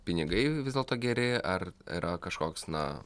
pinigai vis dėlto geri ar yra kažkoks na